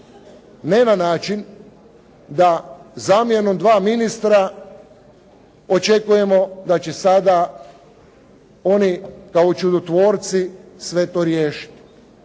Ne na način da zamjenom dva ministra očekujemo da će sada oni kao čudotvorci sve to riješiti.